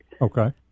Okay